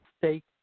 state